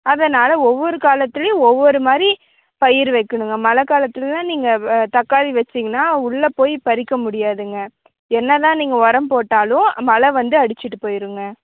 அதனால் ஒவ்வொரு காலத்துலையும் ஓவ்வொரு மாதிரி பயிறு வைக்கணுங்க மழைக்காலத்துலலாம் நீங்கள் வ தக்காளி வச்சீங்கன்னா உள்ளே போய் பறிக்க முடியாதுங்க என்ன தான் நீங்கள் உரம் போட்டாலும் மழை வந்து அடிச்சிகிட்டு போயிருங்க